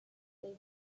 was